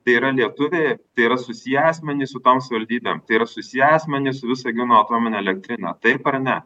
tai yra lietuviai tai yra susiję asmenys su tom savivaldybėm tai yra susiję asmenys su visagino atomine elektrine taip ar ne